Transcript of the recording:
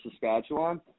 Saskatchewan